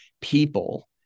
People